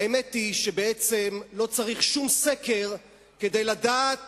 האמת היא שבעצם לא צריך שום סקר כדי לדעת